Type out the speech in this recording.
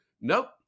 Nope